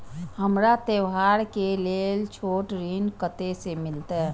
हमरा त्योहार के लेल छोट ऋण कते से मिलते?